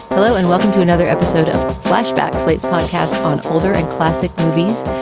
hello and welcome to another episode of flashback, slate's podcast on older and classic movies.